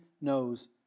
knows